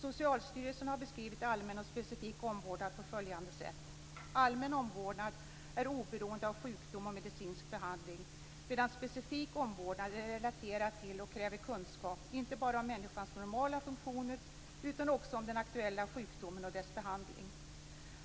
Socialstyrelsen har beskrivit allmän och specifik omvårdnad på följande sätt: "Allmän omvårdnad är oberoende av sjukdom och medicinsk behandling, medan specifik omvårdnad är relaterad till och kräver kunskap inte bara om människans normala funktioner utan också om den aktuella sjukdomen och dess behandling.